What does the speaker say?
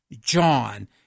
John